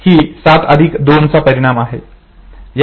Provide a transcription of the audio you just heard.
ही 7 2 चा परिणाम आहे